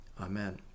Amen